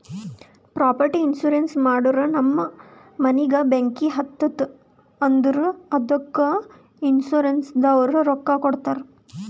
property insurance ಮಾಡೂರ್ ನಮ್ ಮನಿಗ ಬೆಂಕಿ ಹತ್ತುತ್ತ್ ಅಂದುರ್ ಅದ್ದುಕ ಇನ್ಸೂರೆನ್ಸನವ್ರು ರೊಕ್ಕಾ ಕೊಡ್ತಾರ್